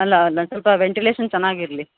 ಅಲ್ಲ ಅಲ್ಲ ಸ್ವಲ್ಪ ವೆಂಟಿಲೇಷನ್ ಚೆನ್ನಾಗಿ ಇರಲಿ